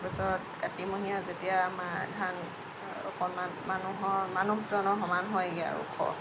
তাৰ পিছত কাতিমহীয়া যেতিয়া আমাৰ ধান অকণমান মানুহৰ মানুহজনৰ সমান হয়গৈ আৰু ওখ